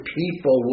people